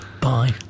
Bye